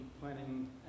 planning